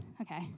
Okay